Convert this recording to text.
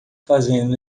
fazendo